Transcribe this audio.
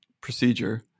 procedure